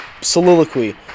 soliloquy